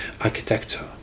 architecture